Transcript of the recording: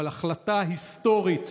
אבל החלטה היסטורית,